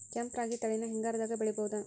ಕೆಂಪ ರಾಗಿ ತಳಿನ ಹಿಂಗಾರದಾಗ ಬೆಳಿಬಹುದ?